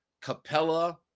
Capella